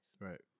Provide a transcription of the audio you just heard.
Right